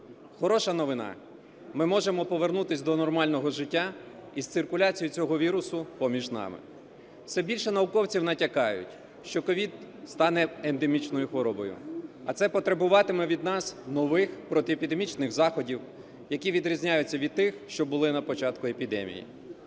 Хороша новина – ми можемо повернутися до нормального життя із циркуляцією цього вірусу поміж нами. Все більше науковців натякають, що СOVID стане ендемічною хворобою, а це потребуватиме від нас нових протиепідемічних заходів, які відрізняються від тих, що були на початку епідемії.